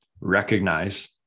recognize